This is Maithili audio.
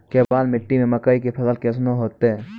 केवाल मिट्टी मे मकई के फ़सल कैसनौ होईतै?